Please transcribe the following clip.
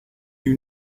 you